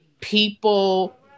people